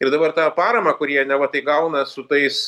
ir dabar tą paramą kur jie neva tai gauna su tais